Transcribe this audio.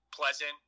pleasant